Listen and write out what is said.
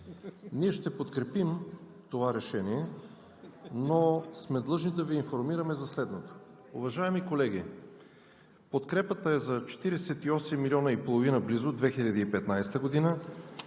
Ние ще подкрепим това решение, но сме длъжни да Ви информираме за следното.